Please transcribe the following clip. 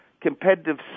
Competitive